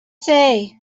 say